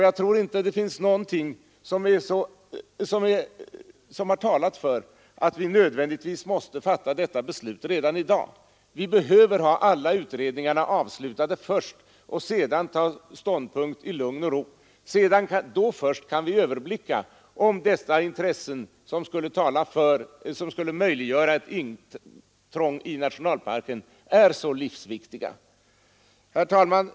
Jag tror inte att det finns någonting som har talat för att vi nödvändigtvis skall fatta detta beslut redan i dag. Vi behöver ha alla utredningarna avslutade först, och sedan skall vi ta ståndpunkt i lugn och ro. Då först kan vi överväga om dessa intressen, som skulle möjliggöra ett intrång i nationalparken, är så livsviktiga. Herr talman!